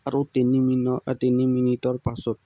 আৰু তিনি মিন তিনি মিনিটৰ পাছত